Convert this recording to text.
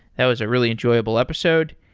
that was a really enjoyable episode.